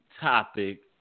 topic